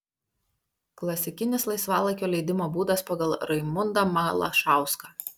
klasikinis laisvalaikio leidimo būdas pagal raimundą malašauską